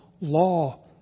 law